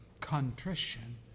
Contrition